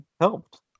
helped